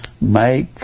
make